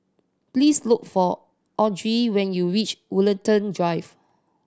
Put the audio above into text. please look for Autry when you reach Woollerton Drive